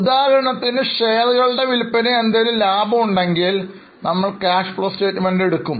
ഉദാഹരണത്തിന് ഷെയറുകളുടെ വിൽപ്പനയിൽ എന്തെങ്കിലും ലാഭം ഉണ്ടെങ്കിൽ നമ്മൾ Cash Flow Statement ൽ എടുക്കും